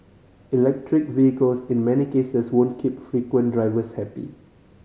electric vehicles in many cases won't keep frequent drivers happy